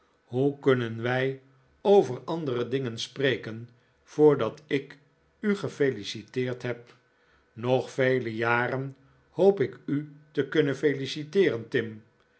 hoe kunnen wij over andere dingen spreken voordat ik u gefeliciteerd heb nog vele jaren hoop ik u te kunnen feliciteeren tim